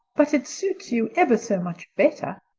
but it suits you ever so much better,